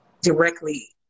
directly